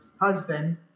husband